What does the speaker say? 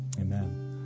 amen